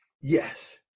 Yes